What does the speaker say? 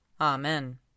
Amen